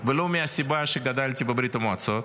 ולו מהסיבה שגדלתי בברית המועצות